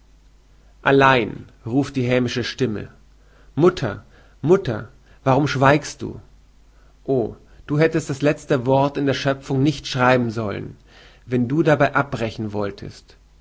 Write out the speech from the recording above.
allein ruft die hämische stimme mutter mutter warum schweigst du o du hättest das letzte wort in der schöpfung nicht schreiben sollen wenn du dabei abbrechen wolltest